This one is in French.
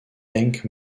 hank